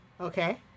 Okay